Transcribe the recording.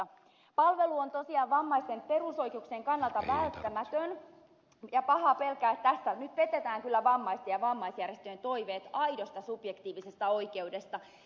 palvelu on tosiaan vammaisten perusoikeuksien kannalta välttämätön ja pahaa pelkään että tässä nyt petetään kyllä vammaisten ja vammaisjärjestöjen toiveet aidosta subjektiivisesta oikeudesta